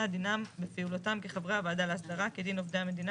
דינם ופעולתם כחברי הוועדה להסדרה כדין עובדי המדינה